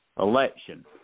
election